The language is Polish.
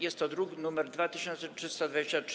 Jest to druk nr 2323.